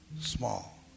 small